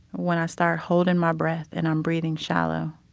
when i start holding my breath and i'm breathing shallow,